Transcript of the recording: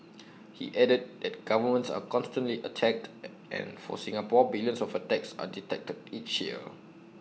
he added that governments are constantly attacked and for Singapore billions of attacks are detected each year